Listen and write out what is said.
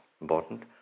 important